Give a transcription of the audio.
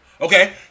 Okay